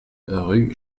rue